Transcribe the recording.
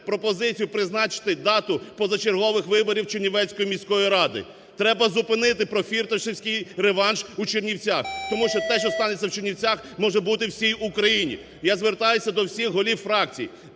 пропозицією призначити дату позачергових виборів Чернівецької міської ради. Треба зупинити профірташовський реванш у Чернівцях, тому що те, що станеться в Чернівцях, може бути у всій Україні. Я звертаюся до всіх голів фракцій,